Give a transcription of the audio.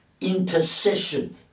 intercession